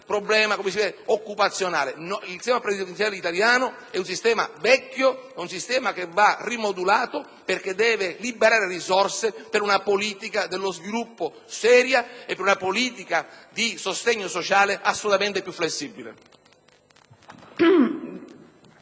Il sistema previdenziale italiano è un sistema vecchio, che va rimodulato perché deve liberare risorse per una politica dello sviluppo seria e per una politica di sostegno sociale assolutamente più flessibile.